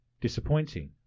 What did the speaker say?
Disappointing